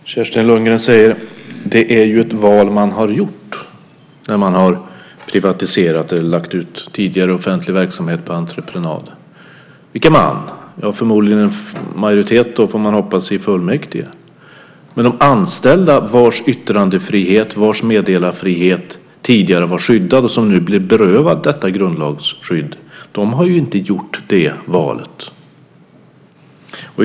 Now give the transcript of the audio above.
Fru talman! Kerstin Lundgen säger att det är "ett val man har gjort" när man har privatiserat eller lagt ut tidigare offentlig verksamhet på entreprenad. Vem är "man"? Ja, förmodligen majoriteten, får man hoppas, i fullmäktige. Men de anställda, vars yttrandefrihet och meddelarskydd tidigare var skyddat och nu blir berövade detta grundlagsskydd, har inte gjort det valet.